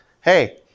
hey